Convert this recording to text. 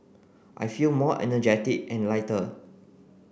I feel more energetic and lighter